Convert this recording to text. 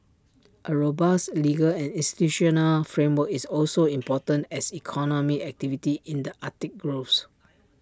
A robust legal and institutional framework is also important as economic activity in the Arctic grows